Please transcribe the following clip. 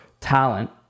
talent